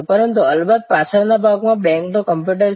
પરંતુ અલબત્ત પાછળના ભાગમાં બેંકનું કમ્પ્યુટર છે